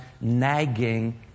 nagging